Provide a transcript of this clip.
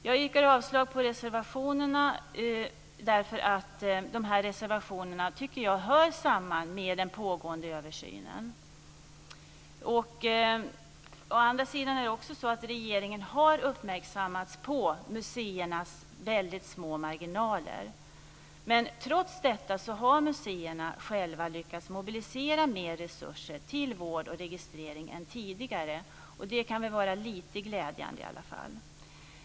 Jag yrkar avslag på reservationerna - jag tycker att det de tar upp hör samman med den pågående översynen. Å andra sidan är det också så att regeringen har uppmärksammats på museernas väldigt små marginaler. Trots detta har museerna själva lyckats mobilisera mer resurser till vård och registrering än tidigare. Det kan väl i alla fall vara lite glädjande.